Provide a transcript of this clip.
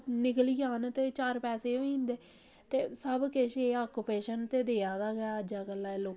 निकली जान ते चार पैसे होई जंदे ते सब किश एह् आक्युपेशन ते देआ दा गै अजकल्ल दे लोकें गी